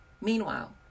Meanwhile